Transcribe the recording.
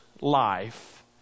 life